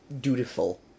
dutiful